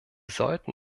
sollten